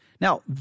Now